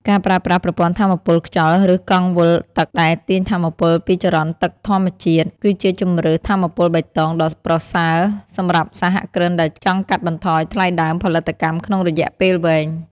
ការប្រើប្រាស់ប្រព័ន្ធថាមពលខ្យល់ ឬកង់វិលទឹកដែលទាញថាមពលពីចរន្តទឹកធម្មជាតិ គឺជាជម្រើសថាមពលបៃតងដ៏ប្រសើរសម្រាប់សហគ្រិនដែលចង់កាត់បន្ថយថ្លៃដើមផលិតកម្មក្នុងរយៈពេលវែង។